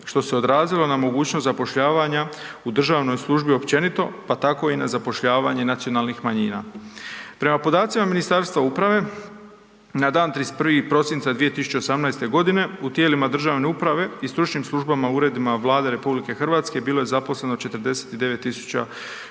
što se odrazilo na mogućnost zapošljavanja u državnoj službi općenito pa tako i na zapošljavanje nacionalnih manjina. Prema podacima Ministarstva uprave, na dan 31. prosinca 2018. g. u tijelima državne uprave i stručnim službama i uredima Vlade RH, bilo je zaposleno 49